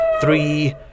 three